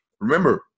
remember